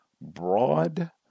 broad